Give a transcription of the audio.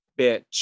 bitch